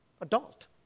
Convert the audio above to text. adult